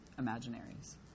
imaginaries